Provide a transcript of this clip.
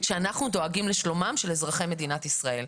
שאנחנו דואגים לשלומם של אזרחי מדינת ישראל.